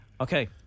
Okay